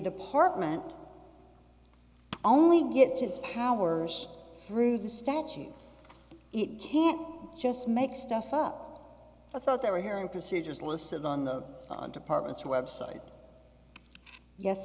department only gets its powers through the statute it can't just make stuff up i thought there were hearing procedures listed on the department's website yes